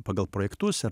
pagal projektus ir